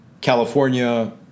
California